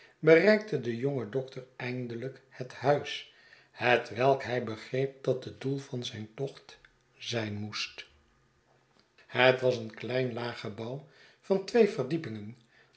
bereikte de jonge dokter eindelijk het huis hetwelk htj begreep dat het doel van zijn tocht zijn moest het was een klein laag gebouw van twee verdiepingen